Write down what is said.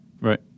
Right